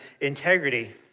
integrity